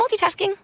multitasking